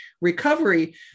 recovery